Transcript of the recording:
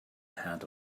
head